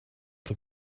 for